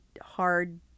hard